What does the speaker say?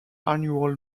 annual